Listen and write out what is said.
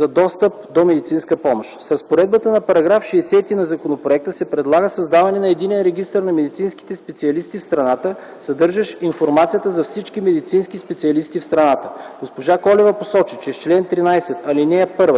на достъпна медицинска помощ. С разпоредбата на § 60 на законопроекта се предлага създаване на единен регистър на медицинските специалисти в страната, съдържащ информацията за всички медицински специалисти в страната. Госпожа Колева посочи, че с чл. 13, ал. 1, т.